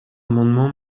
amendement